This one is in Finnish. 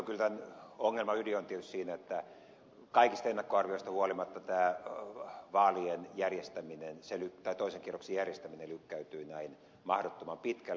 kyllä tämän ongelman ydin on tietysti siinä että kaikista ennakkoarvioista huolimatta tämä vaalien toisen kierroksen järjestäminen lykkäytyi näin mahdottoman pitkälle